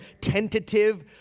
tentative